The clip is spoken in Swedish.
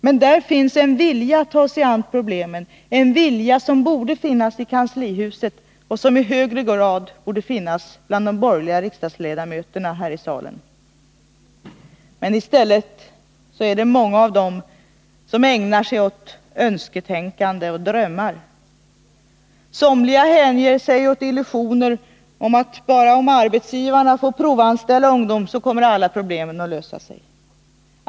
Men där finns en vilja att ta sig an problemen, vilken borde finnas också i kanslihuset och vilken borde i högre grad finnas bland de borgerliga riksdagsledamöterna. Men ii stället ägnar sig många av dem åt önsketänkande och drömmar. Somliga hänger sig åt illusionen att om bara arbetsgivarna får rätt att provanställa ungdom, så kommer problemen att lösa sig.